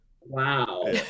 wow